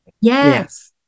Yes